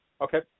Okay